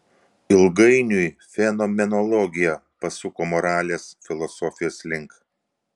ilgainiui fenomenologija pasuko moralės filosofijos link